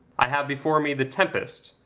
i have before me the tempest,